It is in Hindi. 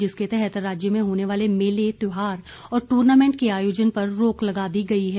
जिसके तहत राज्य में होने वाले मेले त्यौहार और टूर्नामेंट के आयोजन पर रोक लगा दी गई है